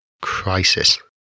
crisis